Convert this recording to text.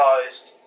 closed